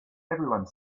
everyone